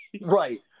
Right